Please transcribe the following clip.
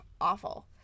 awful